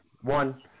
One